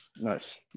Nice